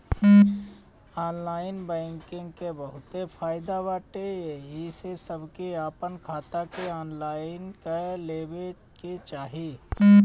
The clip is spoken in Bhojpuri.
ऑनलाइन बैंकिंग कअ बहुते फायदा बाटे एही से सबके आपन खाता के ऑनलाइन कअ लेवे के चाही